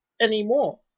anymore